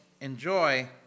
enjoy